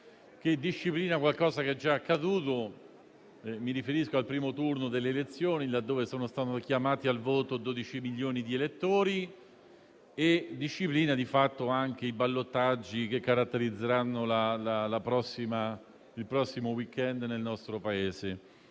che disciplina qualcosa che è già accaduto - mi riferisco al primo turno delle elezioni, laddove sono stati chiamati al voto 12 milioni di elettori - e di fatto anche i ballottaggi che caratterizzeranno il prossimo *week-end* nel nostro Paese.